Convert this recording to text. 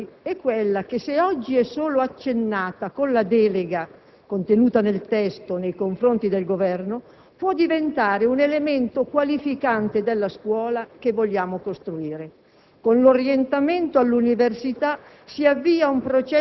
Ma l'elemento sul quale ritengo utile soffermarmi è quello che, se oggi è solo accennato con la delega contenuta nel testo nei confronti del Governo, può diventare un elemento qualificante della scuola che vogliamo costruire: